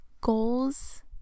goals